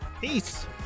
Peace